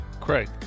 Craig